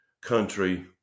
country